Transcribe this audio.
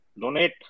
donate